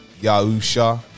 Yahusha